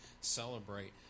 celebrate